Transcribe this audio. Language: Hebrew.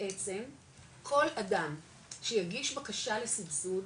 בעצם כל אדם שיגיש בקשה לסבסוד,